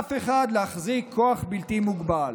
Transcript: לאף אחד, להחזיק כוח בלתי מוגבל.